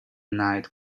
night